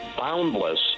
boundless